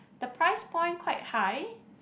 the price point quite high